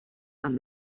amb